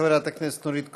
תודה, חברת הכנסת נורית קורן.